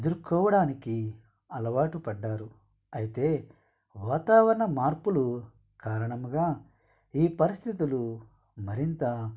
ఎదురుకోవడానికి అలవాటు పడ్డారు అయితే వాతావరణ మార్పులు కారణముగా ఈ పరిస్థితులు మరింత